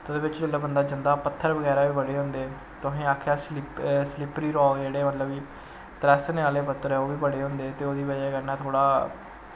ओह्दे बिच्च जिसलै बंदा जंदा पत्थर बगैरा बी बड़े होंदे तुसें आक्खेआ स्लिपरी रॉक जेह्ड़े मतलव कि तरैसने आह्ले पत्थर ओह्बी बड़े होंदे ऐ ते ओह्दी बज़ह कन्नै थोह्ड़ा